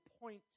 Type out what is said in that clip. point